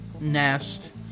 nest